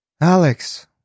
Alex